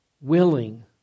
willing